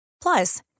Plus